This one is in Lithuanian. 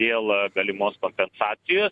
dėl galimos kompensacijos